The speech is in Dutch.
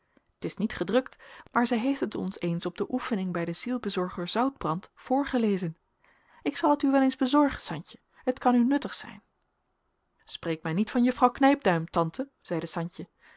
t is niet gedrukt maar zij heeft het ons eens op de oefening bij den zielbezorger zoutbrand voorgelezen ik zal het u wel eens bezorgen santje het kan u nuttig zijn spreek mij niet van juffrouw knijpduim tante zeide santje